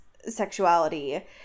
sexuality